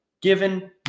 Given